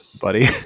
buddy